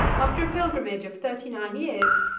after a pilgrimage of thirty-nine years,